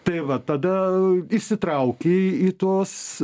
tai va tada įsitrauki į tuos